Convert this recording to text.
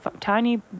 tiny